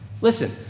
Listen